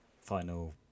final